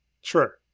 Sure